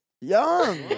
Young